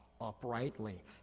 uprightly